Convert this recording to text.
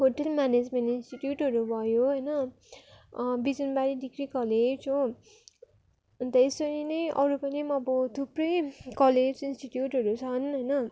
hotel management इन्स्टिट्युटहरू भयो होइन बिजनबारी डिग्री कलेज हो अन्त यसरी नै अरू पनि अब थुप्रै कलेज इन्स्टिट्युटहरू छन् होइन